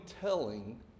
telling